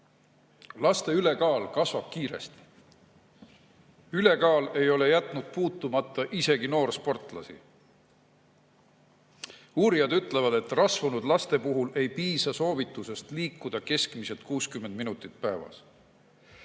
ülekaal kasvab kiiresti. See ei ole jätnud puutumata isegi noorsportlasi. Uurijad ütlevad, et rasvunud laste puhul ei piisa soovitusest liikuda keskmiselt 60 minutit päevas.